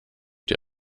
die